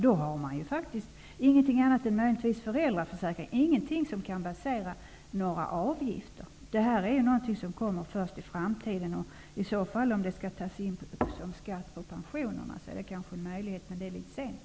Då har man ingenting annat än möjligtvis föräldraförsäkringen. Det är inte något som man kan basera avgifter på. Detta är något som kommer först i framtiden. Det är kanske en möjlighet att ta det som en skatt på pensionerna, men det är litet sent.